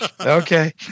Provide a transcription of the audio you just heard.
okay